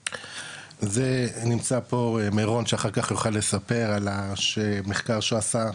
זה נמצא פה מירון שאחר כך יוכל לספר על המחקר שהוא עשה,